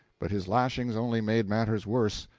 but his lashings only made matters worse,